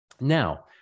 Now